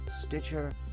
Stitcher